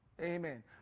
Amen